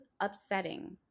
upsetting